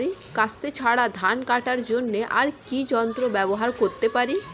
কাস্তে ছাড়া ধান কাটার জন্য আর কি যন্ত্র ব্যবহার করতে পারি?